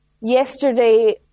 yesterday